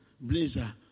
blazer